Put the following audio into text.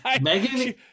megan